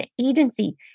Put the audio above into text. agency